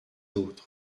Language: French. autres